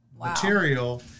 Material